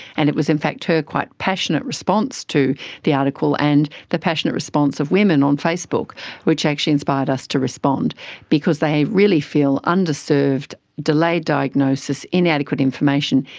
and it was in fact her quite passionate response to the article and the passionate response of women on facebook which actually inspired us to respond because they really feel underserved, delayed diagnosis, inadequate information,